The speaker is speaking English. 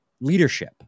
leadership